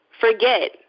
forget